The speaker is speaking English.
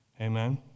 Amen